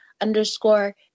underscore